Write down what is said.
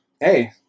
hey